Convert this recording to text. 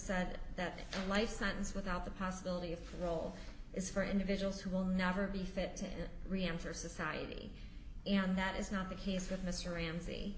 said that a life sentence without the possibility of parole is for individuals who will never be fit to reenter society and that is not the case with mr ramsey